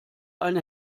eine